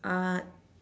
art